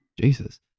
Jesus